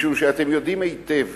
משום שאתם יודעים היטב